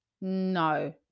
no